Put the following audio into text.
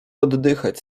oddychać